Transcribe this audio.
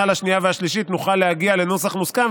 לשנייה והשלישית נוכל להגיע לנוסח מוסכם,